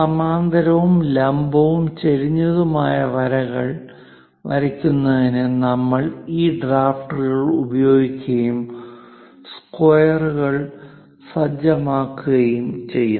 സമാന്തരവും ലംബവും ചെരിഞ്ഞതുമായ വരകൾ വരയ്ക്കുന്നതിന് നമ്മൾ ഈ ഡ്രാഫ്റ്ററുകൾ ഉപയോഗിക്കുകയും സ്ക്വയറുകൾ സജ്ജമാക്കുകയും ചെയ്യുന്നു